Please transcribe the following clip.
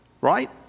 Right